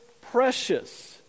precious